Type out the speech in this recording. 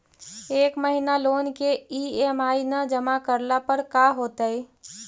एक महिना लोन के ई.एम.आई न जमा करला पर का होतइ?